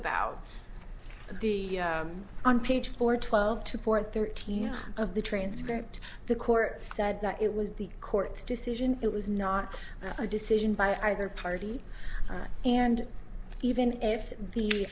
about the on page four twelve to fourteen thirteen of the transcript the court said that it was the court's decision it was not a decision by either party and even if